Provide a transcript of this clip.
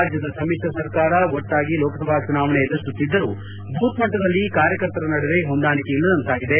ರಾಜ್ಯದ ಸಮಿತ್ರ ಸರ್ಕಾರ ಒಟ್ಟಾಗಿ ಲೋಕಸಭಾ ಚುನಾವಣೆ ಎದುರಿಸುತ್ತಿದ್ದರೂ ಭೂತ್ ಮಟ್ಟದಲ್ಲಿ ಕಾರ್ಯಕರ್ತರ ನಡುವೆ ಹೊಂದಾಣಿಕೆ ಇಲ್ಲದಂತಾಗಿದೆ